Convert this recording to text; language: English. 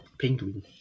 Penguin